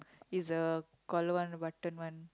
it's a collar one button one